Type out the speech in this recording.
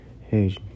hey